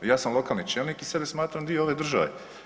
Ja sam lokalni čelnik i sebe smatram dio ove države.